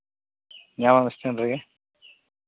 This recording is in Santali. ᱥᱴᱮᱱᱰ ᱨᱮᱜᱮ